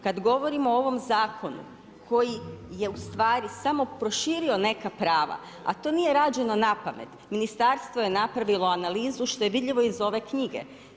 Kad govorimo o ovom zakonu koji je u stvari samo proširio neka prava, a to nije rađeno na pamet ministarstvo je napravilo analizu što je vidljivo iz ove knjige.